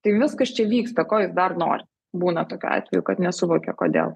tai viskas čia vyksta ko jis dar nori būna tokių atvejų kad nesuvokia kodėl